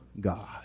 God